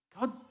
God